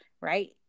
right